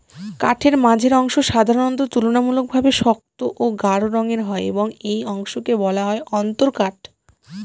কাঠের মাঝের অংশ সাধারণত তুলনামূলকভাবে শক্ত ও গাঢ় রঙের হয় এবং এই অংশকে বলা হয় অন্তরকাঠ